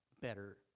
better